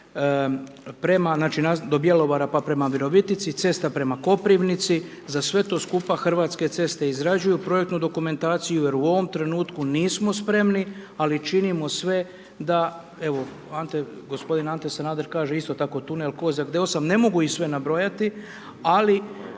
prema, znači, do Bjelovara pa prema Virovitici, cesta prema Koprivnici, za sve to skupa, Hrvatske ceste izrađuju projektnu dokumentaciju jer u ovom trenutku nismo spremni, ali činimo sve da, evo, Ante, gospodin Ante Sanader kaže isto tako tunel Kozjak, ne mogu ih sve nabrojati, ali